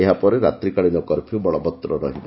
ଏହାପରେ ରାତ୍ରିକାଳୀନ କର୍ପ୍ୟୁ ବଳବତ୍ତର ରହିବ